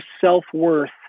self-worth